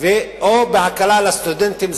או בהקלה לסטודנטים.